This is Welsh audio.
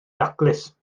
daclus